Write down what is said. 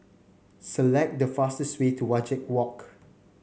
select the fastest way to Wajek Walk